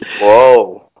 Whoa